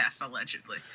allegedly